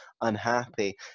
Unhappy